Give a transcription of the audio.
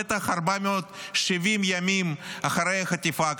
בטח 470 ימים אחרי החטיפה,